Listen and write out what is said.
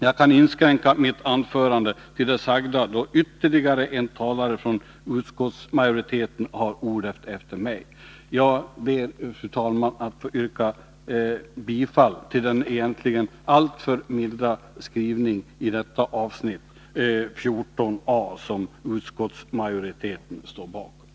Jag kan inskränka mitt anförande till det sagda, då ytterligare en talare från utskottsmajoriteten har begärt ordet. Jag ber, fru talman, att få ansluta mig till den egentligen alltför milda skrivningen i detta avsnitt, nr 14 a, som utskottsmajoriteten står bakom.